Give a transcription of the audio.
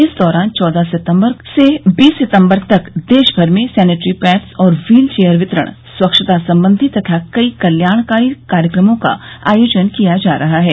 इस दौरान चौदह सितम्बर से बीस सितम्बर तक देशभर में सैनेट्री पैड्स और व्हील चेयर वितरण स्वच्छता संबंधी तथा कई कल्याणकारी कार्यक्रमों का आयोजन किया जा रहा है